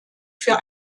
für